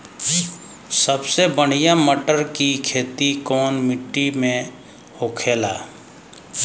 सबसे बढ़ियां मटर की खेती कवन मिट्टी में होखेला?